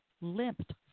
limped